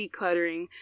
decluttering